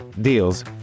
deals